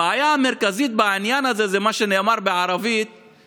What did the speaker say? הבעיה המרכזית בעניין הזה זה מה שנאמר בערבית: